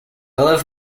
love